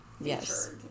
Yes